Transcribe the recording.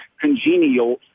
congenial